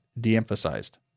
de-emphasized